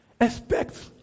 Expect